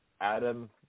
Adam